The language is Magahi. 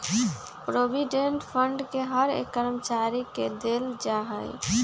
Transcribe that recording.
प्रोविडेंट फंड के हर एक कर्मचारी के देल जा हई